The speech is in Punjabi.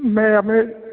ਮੈਂ ਆਪਣੇ